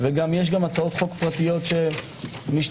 ויש הצעות חוק פרטיות שמשתלבות,